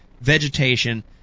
vegetation